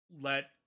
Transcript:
let